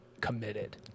committed